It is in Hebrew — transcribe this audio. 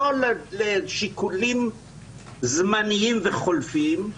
לא לשיקולים זמניים וחולפים,